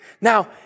Now